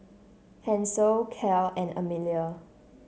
Hanson Clell and Emilia